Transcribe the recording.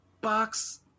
box